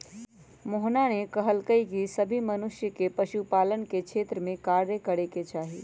मोहना ने कहल कई की सभी मनुष्य के पशु कल्याण के क्षेत्र में कार्य करे के चाहि